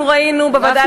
אנחנו ראינו בוועדה